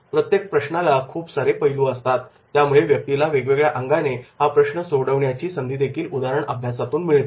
प्रत्येक प्रश्नाला खूप सारे पैलू असतात त्यामुळे व्यक्तीला वेगवेगळ्या अंगाने हा प्रश्न सोडवण्याची संधीदेखील उदाहरण अभ्यासातून मिळते